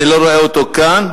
אני לא רואה אותו כאן,